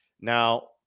Now